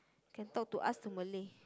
can talk to us through Malay